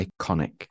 iconic